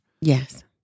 Yes